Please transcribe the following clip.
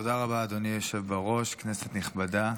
תודה רבה, אדוני היושב בראש, כנסת נכבדה,